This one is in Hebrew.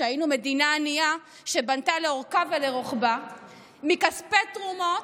כשהיינו מדינה ענייה שבנתה לאורכה ולרוחבה מכספי תרומות,